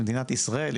במדינת ישראל,